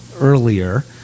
earlier